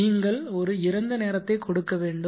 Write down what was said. நீங்கள் ஒரு இறந்த நேரத்தை கொடுக்க வேண்டும்